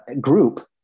group